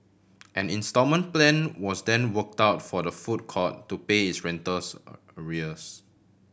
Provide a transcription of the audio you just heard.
and instalment plan was then worked out for the food court to pay its rentals arrears